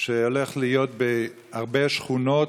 שהולך להיות בהרבה שכונות,